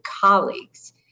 colleagues